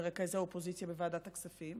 מרכז האופוזיציה בוועדת הכספים,